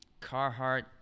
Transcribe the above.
Carhartt